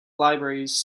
libraries